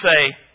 say